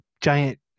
giant